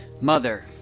Mother